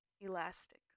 elastic